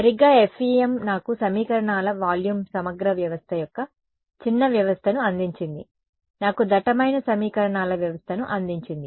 సరిగ్గా FEM నాకు సమీకరణాల వాల్యూమ్ సమగ్ర వ్యవస్థ యొక్క చిన్న వ్యవస్థను అందించింది నాకు దట్టమైన సమీకరణాల వ్యవస్థను అందించింది